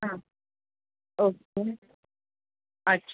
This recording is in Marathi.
हां ओके अच्छा